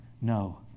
No